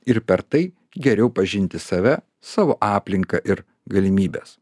ir per tai geriau pažinti save savo aplinką ir galimybes